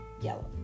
yellow